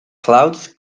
clouds